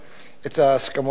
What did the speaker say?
את ההסכמות הללו.